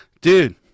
dude